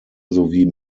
sowie